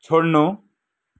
छोड्नु